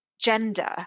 gender